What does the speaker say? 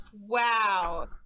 wow